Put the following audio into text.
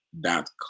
dot